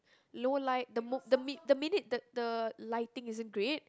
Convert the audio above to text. low light the mo~ the mi~ the minute that the lighting isn't great